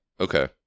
Okay